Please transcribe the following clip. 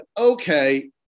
okay